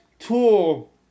tool